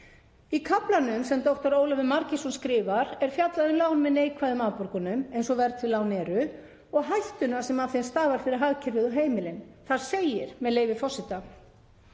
Í kaflanum sem dr. Ólafur Margeirsson skrifar er fjallað um lán með neikvæðum afborgunum eins og verðtryggð lán eru og hættuna sem af þeim stafar fyrir hagkerfið og heimilin. Þar segir, með leyfi forseta: